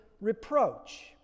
reproach